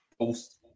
post